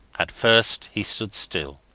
at first he stood still.